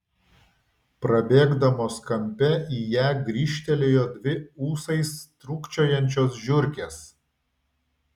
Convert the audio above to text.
prabėgdamos kampe į ją grįžtelėjo dvi ūsais trūkčiojančios žiurkės